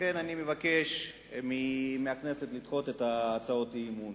לכן אני מבקש מהכנסת לדחות את הצעות האי-אמון.